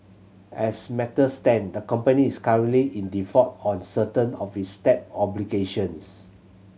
as matters stand the company is currently in default on certain of its debt obligations